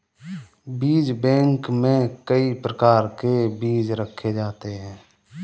बीज बैंक में कई प्रकार के बीज रखे जाते हैं